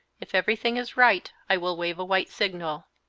if everything is right i will wave a white signal.